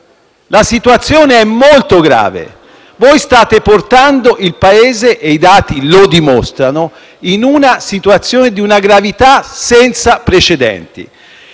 La situazione è molto grave: state portando il Paese - e i dati lo dimostrano - in una situazione di una gravità senza precedenti.